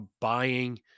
buying